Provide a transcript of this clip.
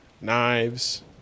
knives